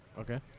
Okay